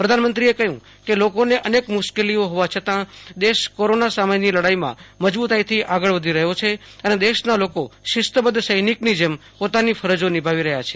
પ્રધાનમંત્રીએ કહ્યું કે લોકોને અનેક મુશ્કેલીઓ હોવા છતાં દેશ કોરોના સામેની લડાઇમાં મજબૂતાઇથી આગળ વધી રહ્યો છે અને દેશના લોકો શીસ્તબદ્ધ સૈનિકની જેમ પોતાની ફરજો નીભાવી રહ્યા છે